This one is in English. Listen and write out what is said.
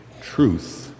truth